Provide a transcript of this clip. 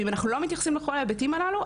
ואם אנחנו לא מתייחסים לכל ההיבטים אללו,